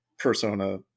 Persona